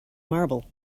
marble